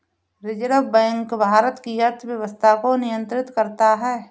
reserve bank Bharat की अर्थव्यवस्था को नियन्त्रित करता है